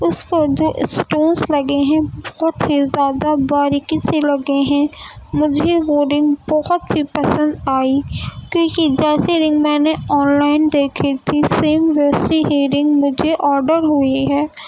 اس پر جو اسٹونس لگے ہیں بہت ہی زیادہ باریکی سے لگے ہیں مجھے وہ رنگ بہت ہی پسند آئی کہ اس جیسی رنگ میں نے آن لائن دیکھی تھی سیم ویسی ہی رنگ مجھے آڈر ہوئی ہے